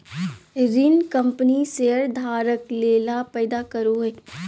ऋण कंपनी शेयरधारक ले लाभ पैदा करो हइ